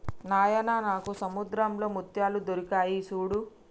నాయిన నాకు సముద్రంలో ముత్యాలు దొరికాయి సూడు